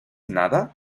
nada